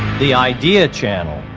the idea channel